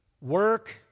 work